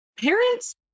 parents